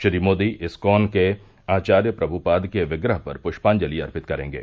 Shri Modi ISKCON के आवार्य प्रभुपाद के विग्रह पर प्रष्पाजलि अर्पित करेंगे